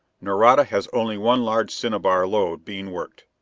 nareda has only one large cinnabar lode being worked.